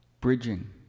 bridging